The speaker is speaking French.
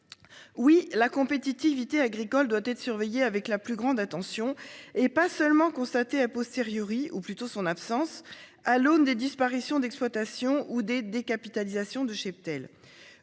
Oui la compétitivité agricole doit être surveillée avec la plus grande attention, et pas seulement constaté a posteriori ou plutôt son absence à l'aune des disparitions d'exploitations ou des des capitalisations du cheptel.